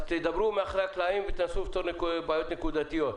אז תדברו מאחורי הקלעים ותנסו לפתור בעיות נקודתיות.